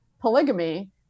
polygamy